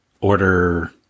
order